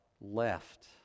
left